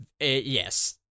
Yes